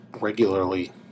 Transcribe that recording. regularly